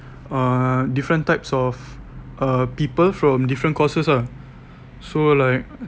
uh different types of uh people from different courses ah so like